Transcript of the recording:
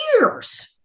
years